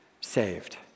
saved